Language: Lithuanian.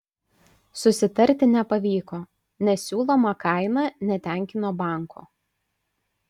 susitarti nepavyko nes siūloma kaina netenkino banko